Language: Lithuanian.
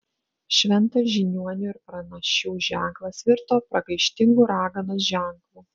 šventas žiniuonių ir pranašių ženklas virto pragaištingu raganos ženklu